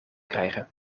krijgen